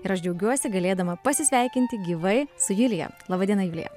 ir aš džiaugiuosi galėdama pasisveikinti gyvai su julija laba diena julija